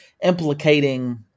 implicating